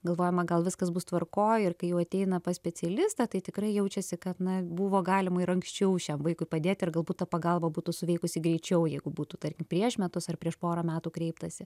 galvojama gal viskas bus tvarkoj ir kai jau ateina pas specialistą tai tikrai jaučiasi kad na buvo galima ir anksčiau šiam vaikui padėti ir galbūt ta pagalba būtų suveikusi greičiau jeigu būtų tarkim prieš metus ar prieš porą metų kreiptasi